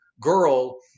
girl